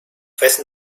wessen